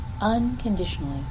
unconditionally